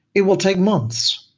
it will take months,